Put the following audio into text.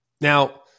Now